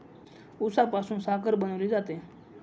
उसापासून साखर बनवली जाते